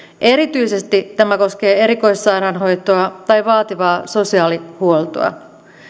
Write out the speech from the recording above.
erityisesti tämä koskee erikoissairaanhoitoa tai vaativaa sosiaalihuoltoa